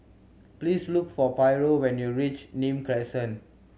please look for Pryor when you reach Nim Crescent